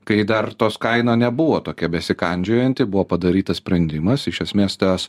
kai dar tos kaina nebuvo tokia besikandžiojanti buvo padarytas sprendimas iš esmės tas